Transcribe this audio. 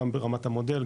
גם ברמת המודל,